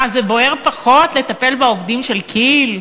מה, זה בוער פחות לטפל בעובדים של כי"ל?